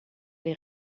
der